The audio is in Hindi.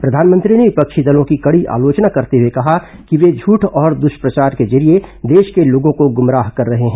प्रधानमंत्री ने विपक्षी दलों की कड़ी आलोचना करते हुए कहा कि वे झूठ और दृष्पचार के जरिए देश के लोगों को गुमराह कर रहे हैं